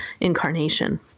incarnation